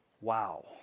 wow